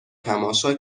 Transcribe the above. تماشا